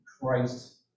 Christ